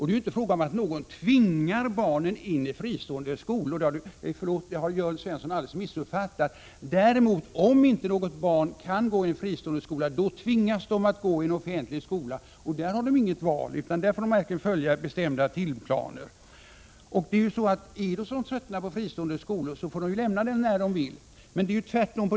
Det är inte fråga om att tvinga in barnen i fristående skolor — det har Jörn Svensson alldeles missuppfattat. Om ett barn inte kan gå i en fristående skola, tvingas det däremot att gå i en offentlig skola. Där har man inget val, utan där får man verkligen följa bestämda timplaner. Men om en elev tröttnar på den fristående skolan, får han lämna den när han vill.